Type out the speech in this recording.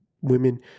women